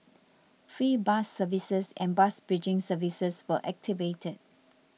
free bus services and bus bridging services were activated